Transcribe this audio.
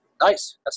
Nice